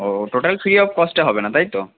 O total free of কস্টটা হবে না তাই তো